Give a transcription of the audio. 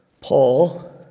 Paul